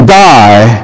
die